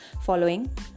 following